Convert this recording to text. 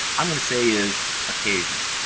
i'm gonna say is occasional.